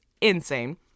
insane